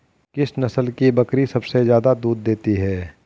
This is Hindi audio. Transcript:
किस नस्ल की बकरी सबसे ज्यादा दूध देती है?